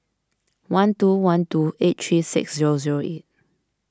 one two one two eight three six zero zero eight